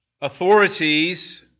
Authorities